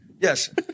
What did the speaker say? Yes